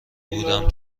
بودم